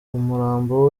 umurambo